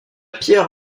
pierre